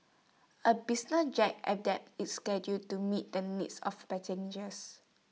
A business jet adapts its schedule to meet the needs of passengers